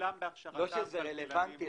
שזה רלוונטי,